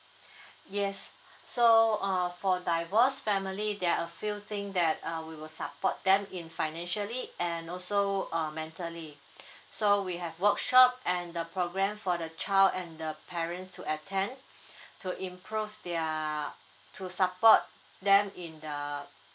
yes so uh for divorce family there are a few thing that uh we will support them in financially and also uh mentally so we have workshop and the program for the child and the parents to attend to improve their to support them in the